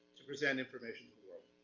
to present information to the world.